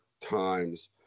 times